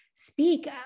speak